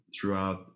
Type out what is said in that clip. throughout